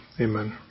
Amen